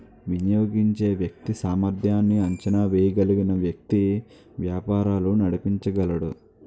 వినియోగించే వ్యక్తి సామర్ధ్యాన్ని అంచనా వేయగలిగిన వ్యక్తి వ్యాపారాలు నడిపించగలడు